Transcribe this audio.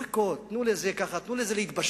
לחכות, תנו לזה להתבשל,